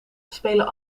spelen